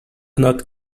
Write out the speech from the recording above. not